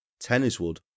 Tenniswood